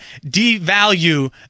devalue